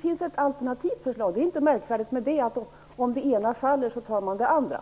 finns det ett alternativt förslag. Det är inte märkvärdigt att om det ena faller så tar man det andra.